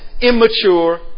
immature